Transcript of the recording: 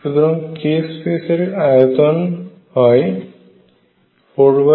সুতরাং k স্পেসে এর আয়তন হয় 43kF3